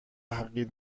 حقیر